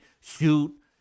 shoot